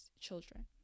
children